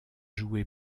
joue